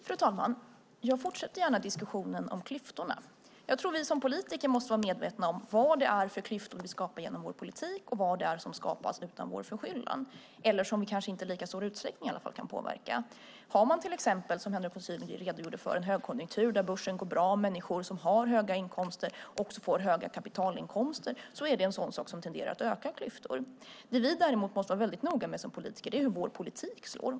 Fru talman! Jag fortsätter gärna diskussionen om klyftorna. Vi som politiker måste vara medvetna om vad det är för klyftor vi skapar genom vår politik och vad det är som skapas utan vår förskyllan eller som vi i varje fall kanske inte i lika stor utsträckning kan påverka. Har man, som Henrik von Sydow redogjorde för, en högkonjunktur där börsen går bra och människor som har höga inkomster också får höga kapitalinkomster är det en sådan sak som tenderar att öka klyftor. Det vi däremot måste vara väldigt noga med som politiker är hur vår politik slår.